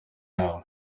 yabo